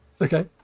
okay